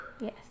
Yes